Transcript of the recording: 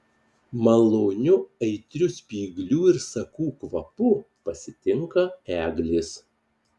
maloniu aitriu spyglių ir sakų kvapu pasitinka eglės